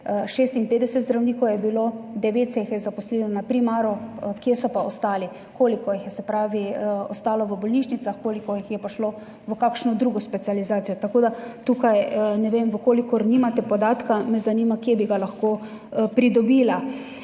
56 zdravnikov je bilo, devet se jih je zaposlilo na primaru, kje so pa ostali? Koliko jih je ostalo v bolnišnicah, koliko jih je pa šlo v kakšno drugo specializacijo? Tako da tukaj ne vem, če nimate podatka, me zanima, kje bi ga lahko pridobila.